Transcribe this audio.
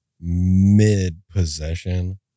mid-possession